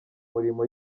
mirimo